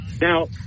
Now